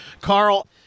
Carl